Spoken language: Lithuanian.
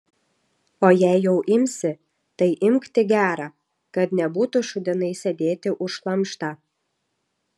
o jei jau imsi tai imk tik gerą kad nebūtų šūdinai sėdėti už šlamštą